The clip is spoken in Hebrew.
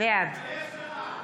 בעד תתבייש לך.